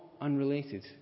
unrelated